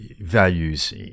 Values